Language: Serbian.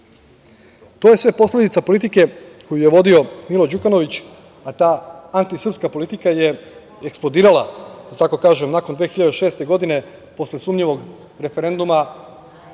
To je sve posledica politike koju je vodio Milo Đukanović, a ta antisrpska politika je eksplodirala nakon 2006. godine, posle sumnjivog referenduma,